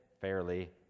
fairly